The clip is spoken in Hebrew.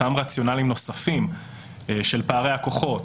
אותם רציונלים נוספים של פערי הכוחות,